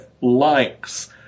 likes